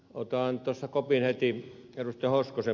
otan kopin heti ed